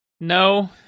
No